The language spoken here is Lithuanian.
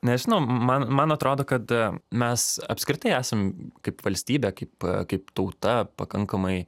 nežinau man man atrodo kad mes apskritai esam kaip valstybė kaip kaip tauta pakankamai